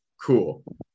Cool